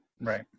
Right